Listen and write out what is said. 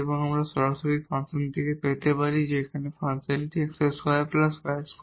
এবং আমরা তা সরাসরি ফাংশন থেকে পেতে পারি যেখানে ফাংশনটি হল x2 y2